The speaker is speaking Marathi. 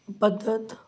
पद्धत